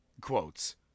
quotes